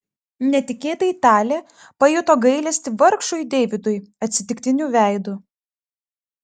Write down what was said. netikėtai talė pajuto gailestį vargšui deividui atsitiktiniu veidu